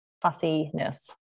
fussiness